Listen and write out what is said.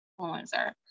influencer